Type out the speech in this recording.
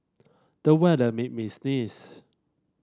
the weather made me sneeze